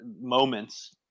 moments